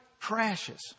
crashes